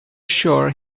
sure